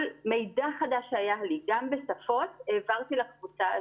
מידע חדש שהיה לי גם בשפות העברתי לקבוצה הזאת,